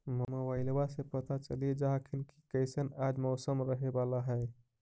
मोबाईलबा से पता चलिये जा हखिन की कैसन आज मौसम रहे बाला है?